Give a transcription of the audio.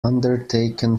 undertaken